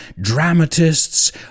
dramatists